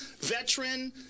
veteran